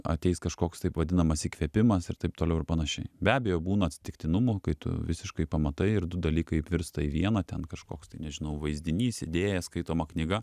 ateis kažkoks taip vadinamas įkvėpimas ir taip toliau ir panašiai be abejo būna atsitiktinumų kai tu visiškai pamatai ir du dalykai virsta į vieną ten kažkoks nežinau vaizdinys idėja skaitoma knyga